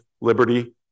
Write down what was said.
liberty